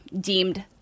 deemed